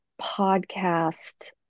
podcast